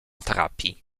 trapi